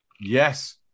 Yes